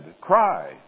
cry